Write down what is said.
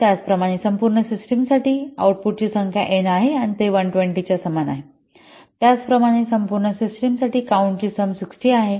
आणि त्याचप्रमाणे संपूर्ण सिस्टिम साठी आऊटपुटची संख्या एन आहे ते 120 च्या समान आहे त्याचप्रमाणे संपूर्ण सिस्टिम साठी काउन्ट ची सम 60 आहे